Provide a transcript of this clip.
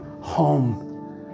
home